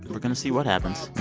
we're going to see what happens.